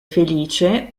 felice